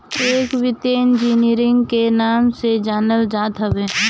एके वित्तीय इंजीनियरिंग के नाम से जानल जात हवे